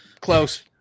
close